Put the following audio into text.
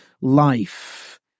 life